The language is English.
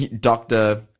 doctor